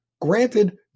granted